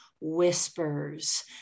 whispers